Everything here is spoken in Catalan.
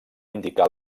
indicar